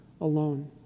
alone